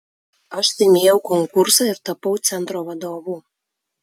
aš laimėjau konkursą ir tapau centro vadovu